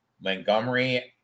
Montgomery